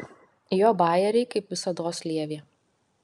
jo bajeriai kaip visados lievi